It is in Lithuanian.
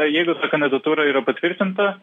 jeigu ta kandidatūra yra patvirtinta